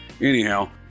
anyhow